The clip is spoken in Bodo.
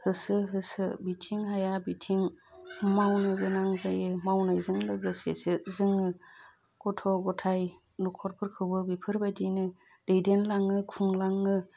होसो होसो बिथिं हाया बिथिं मावनो गोनां जायो मावनायजों लोगोसेसो जोङो गथ' गथाइ न'खरफोरखौबो बेफोरबायदिनो दैदेनलाङो खुंलाङो